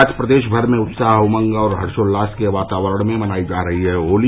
आज प्रदेश भर में उत्साह उमंग और हर्षोल्लास के वातावरण में मनायी जा रही है होली